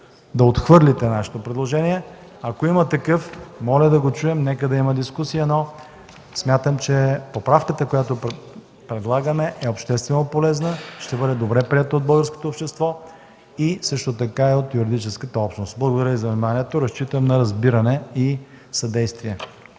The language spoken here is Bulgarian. да отхвърлите нашето предложение. Ако има такъв, моля да го чуем, нека да има дискусия, но смятам, че поправката, която предлагаме, е общественополезна, ще бъде добре приета от българското общество, а също и от юридическата общност. Благодаря Ви за вниманието. Разчитам на разбиране и съдействие.